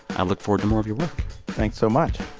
i look forward to more of your work thanks so much